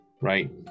right